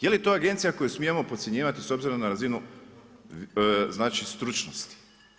Je li to agencija koju smijemo podcjenjivati s obzirom na razinu stručnosti?